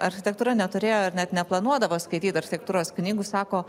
architektūra neturėjo ir net neplanuodavo skaityt architektūros knygų sako